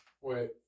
Wait